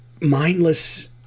mindless